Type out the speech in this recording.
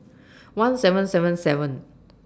one seven seven seven